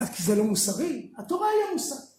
רק כי זה לא מוסרי. התורה היא לא מוסרית.